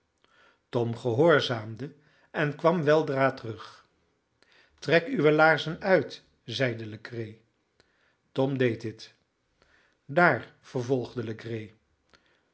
tom gehoorzaamde en kwam weldra terug trek uwe laarzen uit zeide legree tom deed dit daar vervolgde